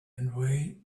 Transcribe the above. invade